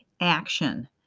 action